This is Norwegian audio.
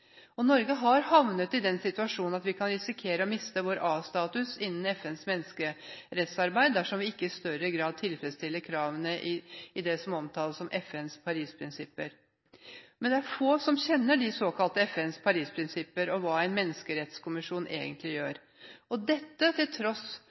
Norge har havnet i den situasjonen at vi kan risikere å miste vår A-status innen FNs menneskerettsarbeid, dersom vi ikke i større grad tilfredsstiller kravene i det som omtales som FNs Paris-prinsipper. Men det er få som kjenner de såkalte Paris-prinsippene og hva en menneskerettskommisjon egentlig